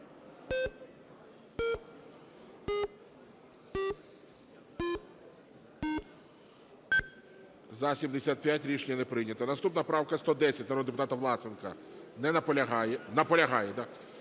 За-75 Рішення не прийнято. Наступна правка 110 народного депутата Власенка. Не наполягає. Наполягає. Будь